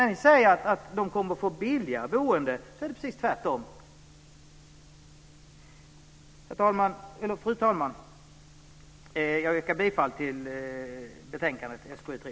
Ni säger att det blir ett billigare boende, men det är alltså precis tvärtom. Fru talman! Jag yrkar bifall till utskottets förslag i betänkande 2001/02:SkU3.